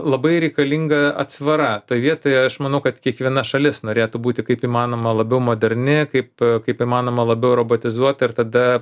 labai reikalinga atsvara toj vietoje aš manau kad kiekviena šalis norėtų būti kaip įmanoma labiau moderni kaip kaip įmanoma labiau robotizuota ir tada